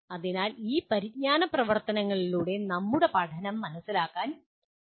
അതിനാൽ ഈ പരിജ്ഞാന പ്രവർത്തനങ്ങളിലൂടെ നമ്മുടെ പഠനം മനസ്സിലാക്കാൻ കഴിയും